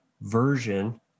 version